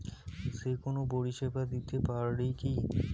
যে কোনো পরিষেবা দিতে পারি কি?